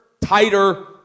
tighter